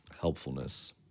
helpfulness